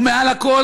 ומעל הכול,